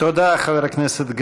תודה, חבר הכנסת גליק.